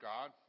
God